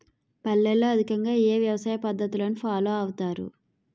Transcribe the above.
పల్లెల్లో అధికంగా ఏ వ్యవసాయ పద్ధతులను ఫాలో అవతారు?